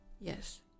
Yes